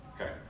Okay